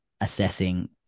assessing